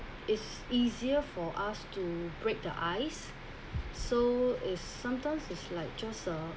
it's easier for us to break the ice so is sometimes is like just a